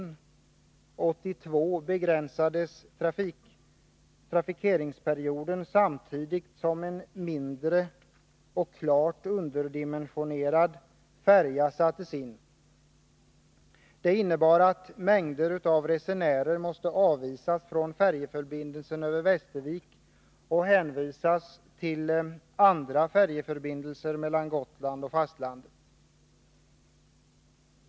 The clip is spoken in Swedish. År 1982 begränsades trafikeringsperioden, samtidigt som en mindre och klart underdimensionerad färja sattes in. Det innebar att mängder av resenärer måste avvisas från färjeförbindelsen över Västervik och hänvisas till andra färjeförbindelser mellan Gotland och fastlandet.